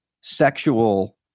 sexual